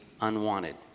unwanted